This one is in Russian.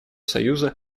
союза